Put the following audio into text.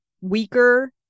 weaker